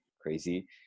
crazy